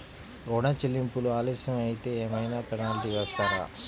ఋణ చెల్లింపులు ఆలస్యం అయితే ఏమైన పెనాల్టీ వేస్తారా?